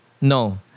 No